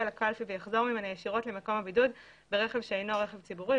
לקלפי ויחזור ממנה ישירות למקום הבידוד ברכב שאינו רכב ציבורי.